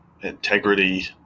integrity